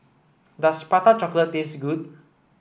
does prata chocolate taste good